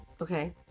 Okay